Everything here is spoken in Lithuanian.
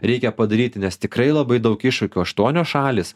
reikia padaryt nes tikrai labai daug iššūkių aštuonios šalys